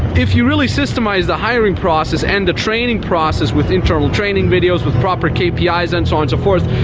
if you really systemize the hiring process and the training process with internal training videos, with proper kpis and so on, so forth,